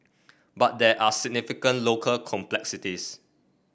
but there are significant local complexities